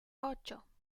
ocho